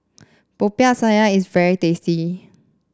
Popiah Sayur is very tasty